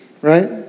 right